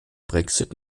brexit